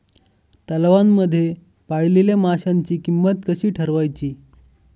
तलावांमध्ये पाळलेल्या माशांची किंमत कशी ठरवायची?